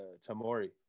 Tamori